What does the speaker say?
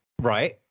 right